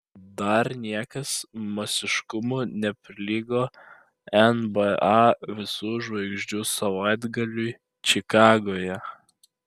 dar niekas masiškumu neprilygo nba visų žvaigždžių savaitgaliui čikagoje